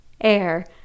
air